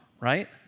right